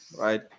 right